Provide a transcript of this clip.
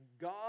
God